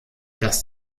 das